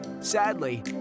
Sadly